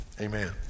Amen